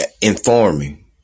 informing